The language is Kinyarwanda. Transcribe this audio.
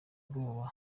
bwoba